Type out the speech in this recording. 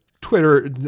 Twitter